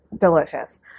delicious